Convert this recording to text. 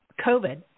COVID